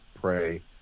pray